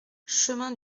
chemin